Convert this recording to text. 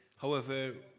however,